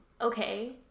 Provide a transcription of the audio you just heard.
okay